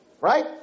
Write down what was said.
right